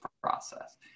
process